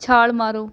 ਛਾਲ਼ ਮਾਰੋ